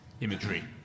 imagery